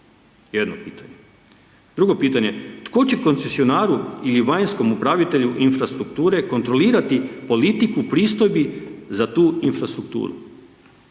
Jedno pitanje. Drugo pitanje, tko će koncesionaru ili vanjskom upravitelju infrastrukture kontrolirati politiku pristojbi za tu infrastrukturu.